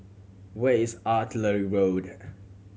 where is Artillery Road